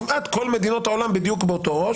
כמעט כל מדינות העולם בדיוק באותו ראש,